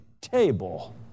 table